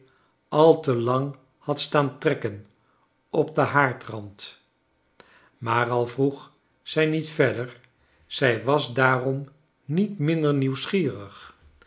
al te lang had staan trekken op den haardrand maar al vroeg zij niet verder zij was daarom niet minder nieuwsgierig